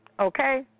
Okay